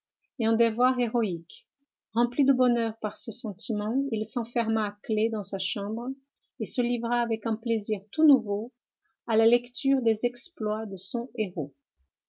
et un devoir héroïque rempli de bonheur par ce sentiment il s'enferma à clef dans sa chambre et se livra avec un plaisir tout nouveau à la lecture des exploits de son héros